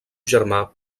germà